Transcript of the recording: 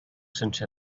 sense